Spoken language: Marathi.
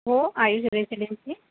हो आयुष रेसिडेन्सी